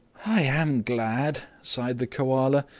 i am glad, sighed the koala,